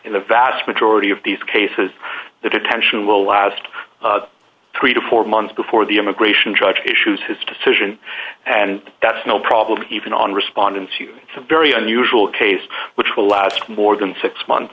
in the vast majority of these cases the detention will last three to four months before the immigration judge issues his decision and that's no problem even on respondents you it's a very unusual case which will last more than six months